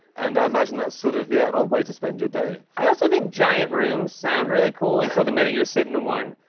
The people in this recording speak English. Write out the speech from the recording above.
and i imagine that's sort of, yeah, an odd way to spend your day. i also think giant rooms sound really cool until the minute you're sitting in one.